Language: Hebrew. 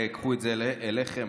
קחו את זה אליכם.